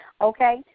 Okay